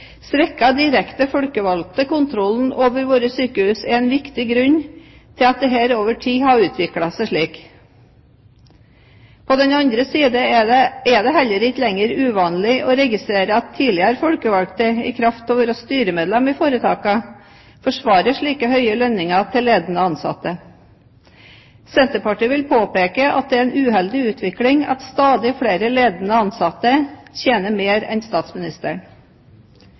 svekkede direkte folkevalgte kontrollen over våre sykehus er en viktig grunn til at dette over tid har utviklet seg slik. På den annen side er det heller ikke lenger uvanlig å registrere at tidligere folkevalgte – i kraft av å være styremedlemmer i foretakene – forsvarer slike høye lønninger til ledende ansatte. Senterpartiet vil påpeke at det er en uheldig utvikling at stadig flere ledende ansatte tjener mer enn statsministeren.